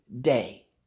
day